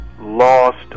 lost